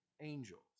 angels